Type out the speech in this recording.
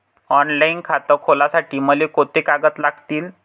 Online खातं खोलासाठी मले कोंते कागद लागतील?